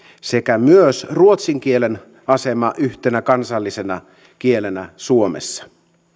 sekä myös ruotsin kielen asemaa yhtenä kansallisena kielenä suomessa